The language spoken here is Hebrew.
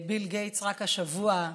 ביל גייטס, רק השבוע,